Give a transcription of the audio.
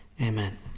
amen